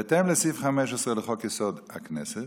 בהתאם לסעיף 15 לחוק-יסוד: הכנסת,